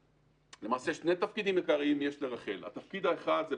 שני תפקידים עיקריים יש לרח"ל: 1. להיות